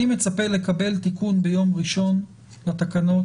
אני מצפה לקבל תיקון ביום ראשון לתקנות,